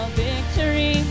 victory